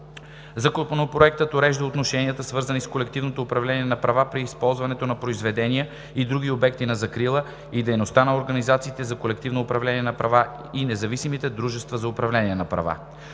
Законопроектът урежда отношенията, свързани с колективното управление на права при използването на произведения и други обекти на закрила, и дейността на организациите за колективно управление на права и независимите дружества за управление на права.